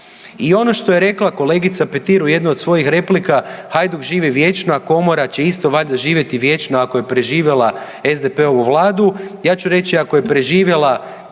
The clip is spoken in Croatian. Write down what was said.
I ono što je rekla kolegica Petir u jednoj od svojih replika Hajduk živi vječno, a Komora će isto valjda živjeti vječno ako je preživjela SDP-ovu Vladu. Ja ću reći ako je preživjela